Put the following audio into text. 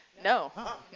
No